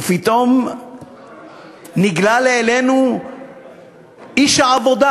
ופתאום נגלה לעינינו איש העבודה,